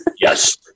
Yes